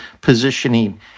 positioning